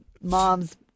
Mom's